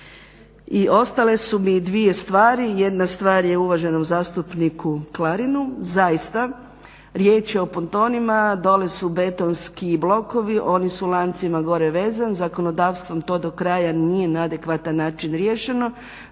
I ostale su mi dvije stvari. Jedna stvar je uvaženom zastupniku Klarinu. Zaista, riječ je o pontonima. Dole su betonski blokovi. Oni su lancima gore vezan. Zakonodavac vam to do kraja nije na adekvatan način riješeno.